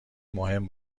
مهم